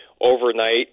overnight